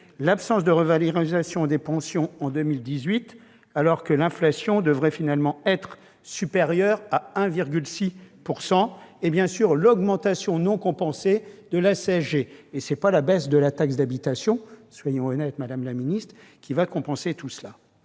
l'absence de revalorisation des pensions en 2018, alors que l'inflation devrait finalement être supérieure à 1,6 %, et l'augmentation non compensée de la CSG. Et ce n'est pas la baisse de la taxe d'habitation qui va compenser tout cela